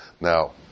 Now